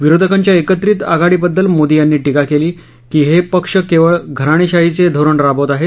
विरोधकांच्या एकत्रीत आघाडीबद्दल मोदी यांनी टीका केली की हे पक्ष केवळ घराणेशाहीचं धोरण राबवत आहेत